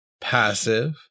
passive